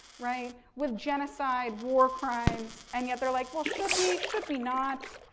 right, with genocide war crimes, and yet, they're like, well, should we, should we not,